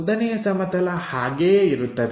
ಉದ್ದನೆಯ ಸಮತಲ ಹಾಗೆಯೇ ಇರುತ್ತದೆ